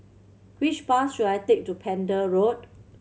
which bus should I take to Pender Road